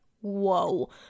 whoa